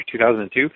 2002